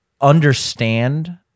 understand